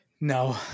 No